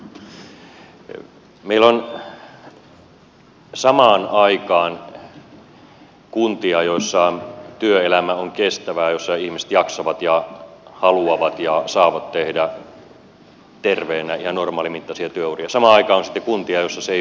meillä on samaan aikaan kuntia joissa työelämä on kestävää ja joissa ihmiset jaksavat ja haluavat ja saavat tehdä terveenä ihan normaalimittaisia työuria ja samaan aikaan on sitten kuntia joissa se ei ole mahdollista